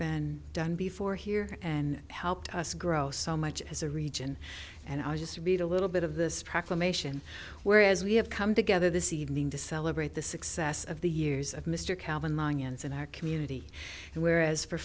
been done before here and helped us grow so much as a region and i'll just read a little bit of this proclamation whereas we have come together this evening to celebrate the success of the years of mr calvin long ends in our community and whereas for